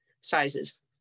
sizes